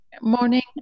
morning